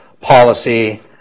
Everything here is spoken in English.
policy